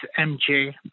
mj